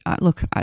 look